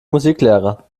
musiklehrer